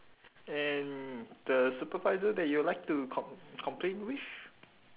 and the supervisor that you would like to com~ complain with